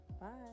Bye